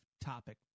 Topic